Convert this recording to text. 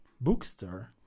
bookstore